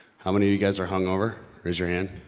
how many of you guys are hungover? raise your hand,